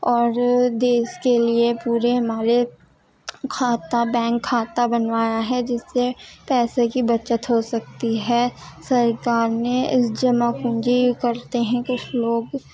اور دیس کے لیے پورے ہمارے کھاتہ بینک کھاتہ بنوایا ہے جس سے پیسے کی بچت ہو سکتی ہے سرکار نے اس جمع پونجی کرتے ہیں کچھ لوگ